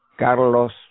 Carlos